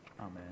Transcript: Amen